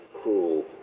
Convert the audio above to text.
cruel